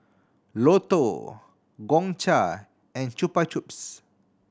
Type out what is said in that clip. Lotto Gongcha and Chupa Chups